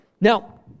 Now